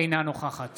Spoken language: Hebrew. אינה נוכחת